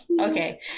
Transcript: Okay